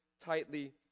tightly